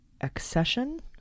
accession